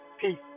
Peace